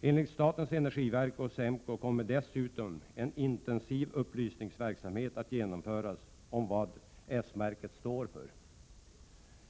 Enligt statens energiverk och SEMKO kommer dessutom en intensiv upplysningsverksamhet att genomföras i fråga om vad S-märket står för.